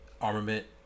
armament